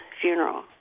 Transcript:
funeral